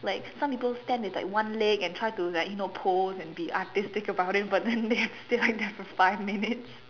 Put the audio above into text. like some people stand with like one leg and try to like you know pose and be artistic about it but then they have stay like that for five minutes